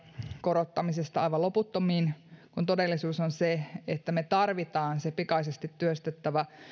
korottamisesta aivan loputtomiin kun todellisuus on se että me tarvitsemme pikaisesti työstettävän